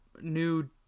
new